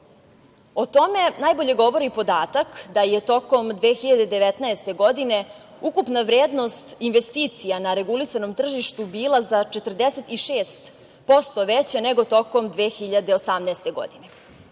tome najbolje govori podatak da je tokom 2019. godine ukupna vrednost investicija na regulisanom tržištu bila za 46% veća nego tokom 2018. godine.